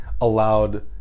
allowed